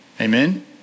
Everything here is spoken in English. Amen